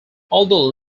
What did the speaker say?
although